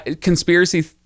conspiracy